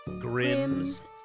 Grimm's